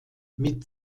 mit